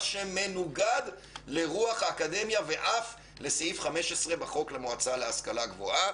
מה שמנוגד לרוח האקדמיה ואף לסעיף 15 בחוק למועצה להשכלה גבוהה.